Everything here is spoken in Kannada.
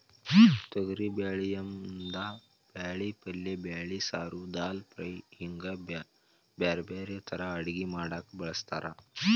ತೊಗರಿಬ್ಯಾಳಿಯಿಂದ ಬ್ಯಾಳಿ ಪಲ್ಲೆ ಬ್ಯಾಳಿ ಸಾರು, ದಾಲ್ ಫ್ರೈ, ಹಿಂಗ್ ಬ್ಯಾರ್ಬ್ಯಾರೇ ತರಾ ಅಡಗಿ ಮಾಡಾಕ ಬಳಸ್ತಾರ